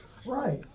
Right